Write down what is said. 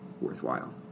worthwhile